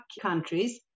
countries